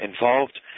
involved